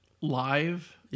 live